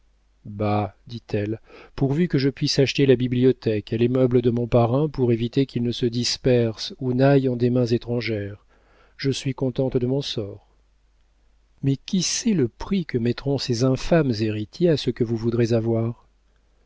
bah dit-elle pourvu que je puisse acheter la bibliothèque et les meubles de mon parrain pour éviter qu'ils ne se dispersent ou n'aillent en des mains étrangères je suis contente de mon sort mais qui sait le prix que mettront ces infâmes héritiers à ce que vous voudrez avoir